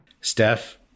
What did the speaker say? Steph